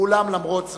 ואולם, למרות זאת,